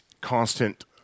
constant